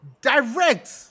direct